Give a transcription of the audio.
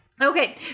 Okay